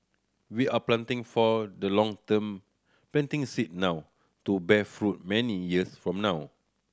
we are planting for the long term planting seed now to bear fruit many years from now